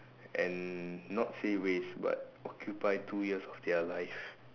and not say waste but occupy two years of their life